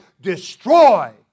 destroy